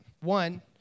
One